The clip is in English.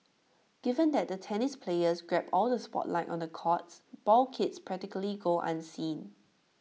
given that the tennis players grab all the spotlight on the courts ball kids practically go unseen